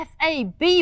FAB